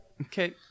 Okay